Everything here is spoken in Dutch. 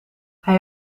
hij